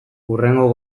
hurrengo